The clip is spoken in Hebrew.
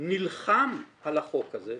נלחם על החוק הזה.